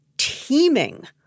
teeming